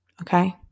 okay